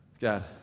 God